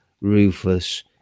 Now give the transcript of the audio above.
ruthless